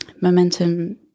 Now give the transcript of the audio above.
Momentum